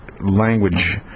language